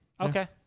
Okay